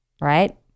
Right